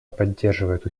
поддерживают